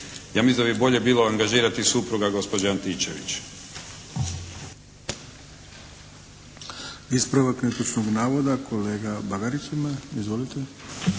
Ja mislim da bi bolje bilo angažirati supruga gospođe Antičević. **Arlović, Mato (SDP)** Ispravak netočnog navoda, kolega Bagarić ima. Izvolite.